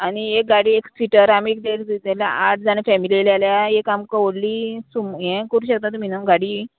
आनी एक गाडी एक सिटर आमी जाल्यार आठ जाण फेमिली येयल्या जाल्या एक आमकां व्होडली सुम हें करूं शकता तूं मिनिमम गाडी